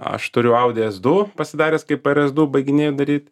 aš turiu audi es du pasidaręs kaip er es du baiginėju daryt